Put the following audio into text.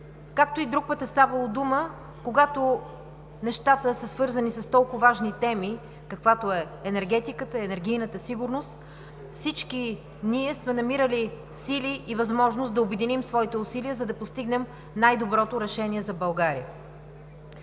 Както и друг път е ставало дума, когато нещата са свързани с толкова важни теми, каквато е енергетиката, енергийната сигурност, всички ние сме намирали сили и възможност да обединим своите усилия, за да постигнем най-доброто решение за България.